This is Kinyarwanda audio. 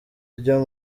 ryo